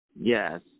Yes